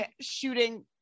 shooting